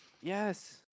Yes